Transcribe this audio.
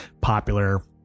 popular